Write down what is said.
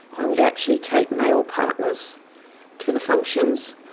i would actually take male partners to the functions.